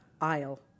Aisle